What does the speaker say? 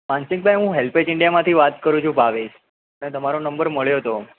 માનસિંગભઈ હું હેલ્પેજ ઇન્ડિયામાંથી વાત કરું છું ભાવેશ મને તમારો નંબર મળ્યો હતો